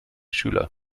schüler